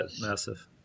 Massive